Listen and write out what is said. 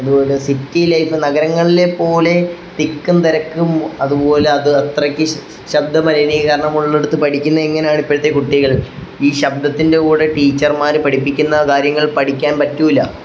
അതുപോലെ city life നഗരങ്ങളിലെ പോലെ തിക്കും തിരക്കും അതുപോലെ അത് അത്രയ്ക്ക് ശബ്ദ മലിനീകരണമുള്ളിടത്ത് പഠിക്കുന്നത് എങ്ങനെയാണ് ഇപ്പോഴത്തെ കുട്ടികൾ ഈ ശബ്ദത്തിൻ്റെ കൂടെ ടീച്ചർമാർ പഠിപ്പിക്കുന്ന കാര്യങ്ങൾ പഠിക്കാൻ പറ്റില്ല